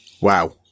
Wow